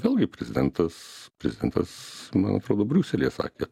o vėlgi prezidentas prezidentas man atrodo briuselyje sakė